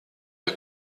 der